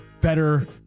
better